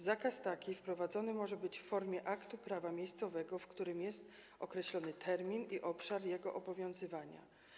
Zakaz taki wprowadzony może być w formie aktu prawa miejscowego, w którym określony jest termin i obszar jego obowiązywania.